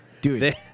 Dude